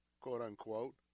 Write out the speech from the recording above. quote-unquote